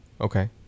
okay